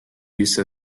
use